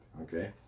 Okay